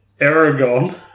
Aragon